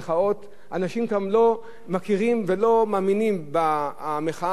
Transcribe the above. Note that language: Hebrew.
אנשים שם לא מכירים ולא מאמינים במחאה האמיתית,